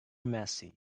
massey